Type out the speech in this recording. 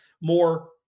more